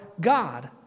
God